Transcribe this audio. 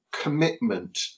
commitment